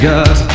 God